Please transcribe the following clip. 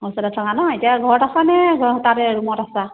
হোষ্টেলত থাকা ন' এতিয়া ঘৰত আছানে ঘ তাতে ৰুমত আছা